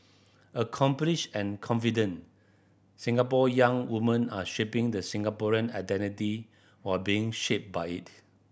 accomplished and confident Singapore young women are shaping the Singaporean identity while being shaped by it